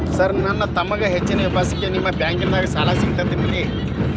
ನನ್ನ ತಮ್ಮಗ ಹೆಚ್ಚಿನ ವಿದ್ಯಾಭ್ಯಾಸಕ್ಕ ನಿಮ್ಮ ಬ್ಯಾಂಕ್ ದಾಗ ಸಾಲ ಸಿಗಬಹುದೇನ್ರಿ?